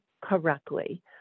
correctly